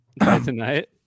tonight